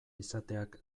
izateak